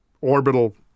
orbital